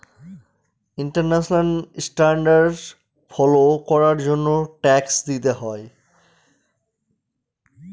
international standard follow করার জন্য tax দিতে হয়